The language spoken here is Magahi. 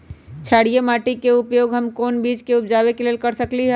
क्षारिये माटी के उपयोग हम कोन बीज के उपजाबे के लेल कर सकली ह?